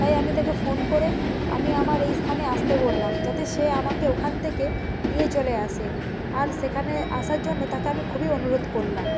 তাই আমি তাকে ফোন করে আমি আমার এই স্থানে আসতে বললাম যাতে সে আমাকে ওখান থেকে নিয়ে চলে আসে আর সেখানে আসার জন্য তাকে আমি খুবই অনুরোধ করলাম